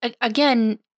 Again